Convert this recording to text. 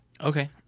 Okay